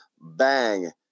bang